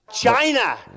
China